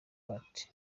part